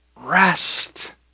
rest